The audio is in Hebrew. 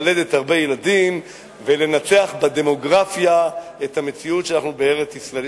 ללדת הרבה ילדים ולנצח בדמוגרפיה את המציאות שאנחנו בארץ-ישראל,